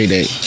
Day